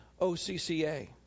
OCCA